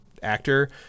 actor